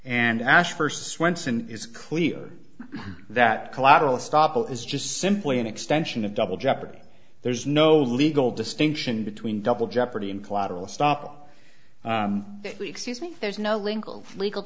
and ash first swenson is clear that collateral estoppel is just simply an extension of double jeopardy there's no legal distinction between double jeopardy and collateral estoppel excuse me